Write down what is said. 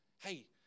Hey